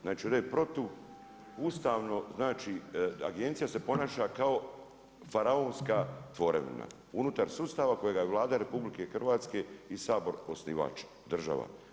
Znači ovdje je protuustavno, znači da agencija se ponaša kao faraonska tvorevina unutar sustava kojega Vlada RH i Sabor osnivač, država.